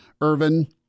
Irvin